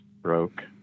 broke